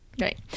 Right